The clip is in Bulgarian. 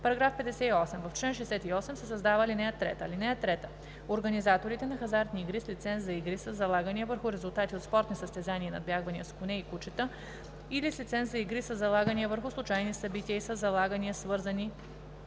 § 58: „§ 58. В чл. 68 се създава ал. 3: „(3) Организаторите на хазартни игри с лиценз за игри със залагания върху резултати от спортни състезания и надбягвания с коне и кучета или с лиценз за игри със залагания върху случайни събития и със залагания, свързани